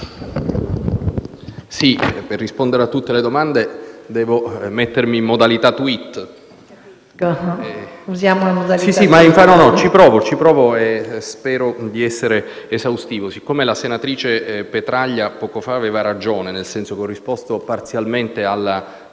Per rispondere a tutte le domande devo mettermi in modalità *tweet*. Ci provo, e spero di essere esaustivo. Poiché la senatrice Petraglia poco fa aveva ragione, nel senso che ho risposto solo parzialmente alla sua